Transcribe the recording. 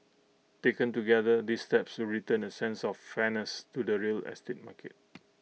taken together these steps return A sense of fairness to the real estate market